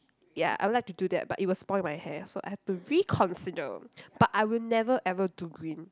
ya I would like to do that but it will spoil my hair so I have to reconsider but I will never ever do green